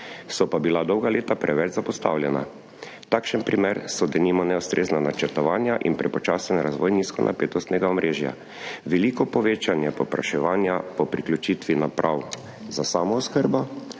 so pa bila dolga leta preveč zapostavljena. Takšen primer so denimo neustrezna načrtovanja in prepočasen razvoj nizkonapetostnega omrežja. Veliko povečanje povpraševanja po priključitvi naprav za samooskrbo,